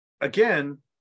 again